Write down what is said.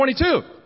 22